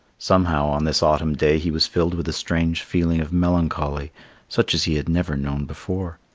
somehow, on this autumn day he was filled with a strange feeling of melancholy such as he had never known before.